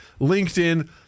LinkedIn